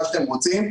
מה שאתם שרוצים,